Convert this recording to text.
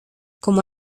como